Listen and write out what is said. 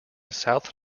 south